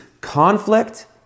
conflict